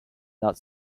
not